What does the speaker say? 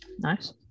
Nice